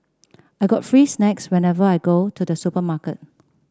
I get free snacks whenever I go to the supermarket